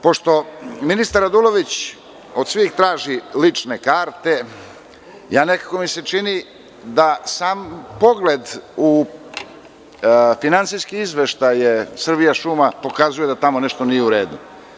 Pošto ministar Radulović traži lične karte, nekako mi se čini da sam pogled u finansijske izveštaje „Srbijašuma“ pokazuje da tamo nešto nije u redu.